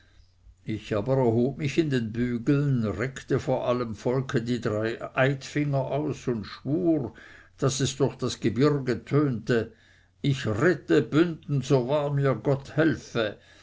ich aber hob mich in den bügeln reckte vor allem volke die drei eidfinger aus und schwur daß es durch das gebirge tönte ich rette bünden so wahr mir gott helfe